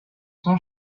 son